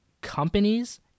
companies